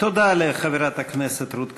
תודה לחברת הכנסת רות קלדרון.